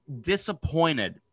disappointed